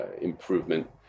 improvement